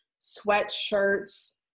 sweatshirts